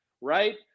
right